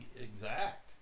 exact